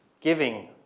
Giving